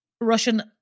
Russian